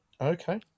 Okay